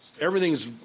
Everything's